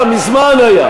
היה מזמן.